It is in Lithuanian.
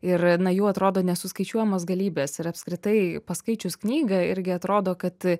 ir na jų atrodo nesuskaičiuojamos galybės ir apskritai paskaičius knygą irgi atrodo kad